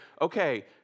okay